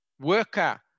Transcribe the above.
worker